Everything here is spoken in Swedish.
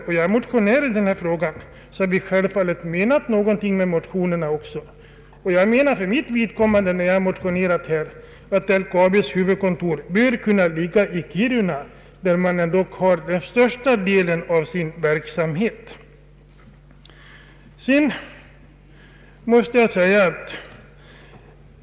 Om jag har motionerat i denna fråga, herr Dahlberg, har jag också menat nå gonting därmed. Jag anser nämligen att LKAB:s huvudkontor bör ligga i Kiruna, där företaget dock bedriver den största delen av sin verksamhet.